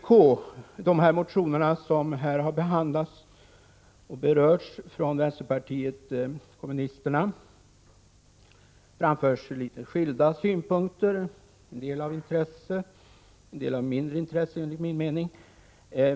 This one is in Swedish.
I de motioner från vpk som här har behandlats och berörts framförs litet skilda synpunkter — en del av intresse, andra av mindre intresse enligt min mening.